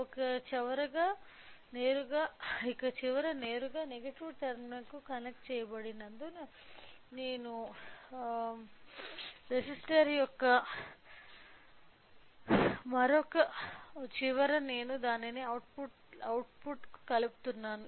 ఒక చివర నేరుగా నెగటివ్ టెర్మినల్కు కనెక్ట్ చెయ్యబడినందున రెసిస్టర్ యొక్క మరొక చివర నేను దానిని అవుట్పుట్కు కలుపుతున్నాను